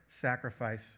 sacrifice